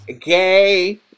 gay